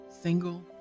single